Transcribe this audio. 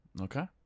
Okay